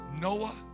Noah